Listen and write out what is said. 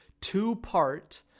two-part